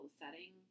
setting